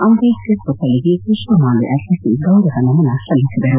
ಅಂದೇಢರ್ ಪುತ್ತಳಿಗೆ ಪುಷ್ವಮಾಲೆ ಅರ್ಪಿಸಿ ಗೌರವ ನಮನ ಸಲ್ಲಿಸಿದರು